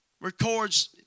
records